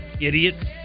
Idiot